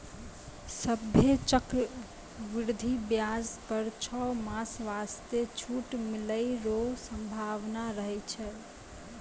सभ्भे चक्रवृद्धि व्याज पर छौ मास वास्ते छूट मिलै रो सम्भावना रहै छै